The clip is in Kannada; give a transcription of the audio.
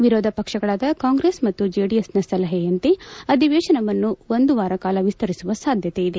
ವಿರೋಧ ಪಕ್ಷಗಳಾದ ಕಾಂಗ್ರೆಸ್ ಮತ್ತು ಜೆಡಿಎಸ್ ನ ಸಲಹೆಯಂತೆ ಅಧಿವೇಶನವನ್ನು ಒಂದು ವಾರ ಕಾಲ ವಿಸ್ತರಿಸುವ ಸಾಧ್ಯತೆ ಇದೆ